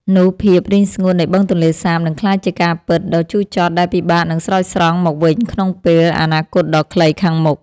នោះភាពរីងស្ងួតនៃបឹងទន្លេសាបនឹងក្លាយជាការពិតដ៏ជូរចត់ដែលពិបាកនឹងស្រោចស្រង់មកវិញក្នុងពេលអនាគតដ៏ខ្លីខាងមុខ។